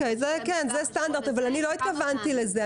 זה סטנדרט אבל אני לא התכוונתי לזה.